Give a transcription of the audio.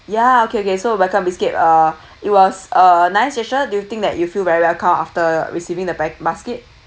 ya okay okay so welcome biscuit uh it was uh nice gesture do you think that you feel very welcomed after receiving the pa~ basket